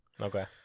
Okay